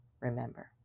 remember